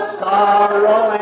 sorrow